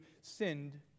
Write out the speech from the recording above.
sinned